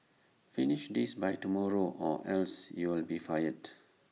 finish this by tomorrow or else you will be fired